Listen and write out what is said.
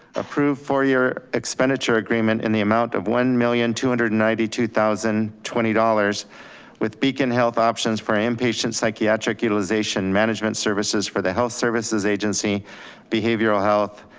approved for your expenditure agreement in the amount of one million two hundred and ninety two thousand and twenty dollars with beacon health options for inpatient psychiatric utilization management services for the health services agency behavioral health,